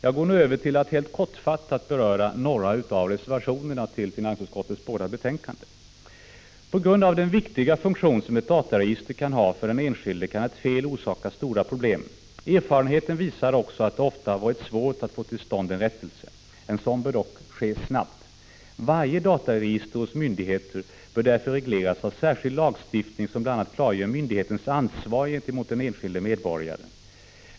Jag går nu över till att helt kortfattat beröra några av reservationerna till finansutskottets båda betänkanden. På grund av den viktiga funktion som ett dataregister kan ha för den enskilde, kan ett fel orsaka stora problem. Erfarenheten visar också att det ofta har varit svårt att få till stånd en rättelse. En sådan bör dock ske snabbt. Varje dataregister hos myndigheter bör därför regleras av särskild lagstiftning, som bl.a. klargör myndighetens ansvar gentemot den enskilde medborgaren.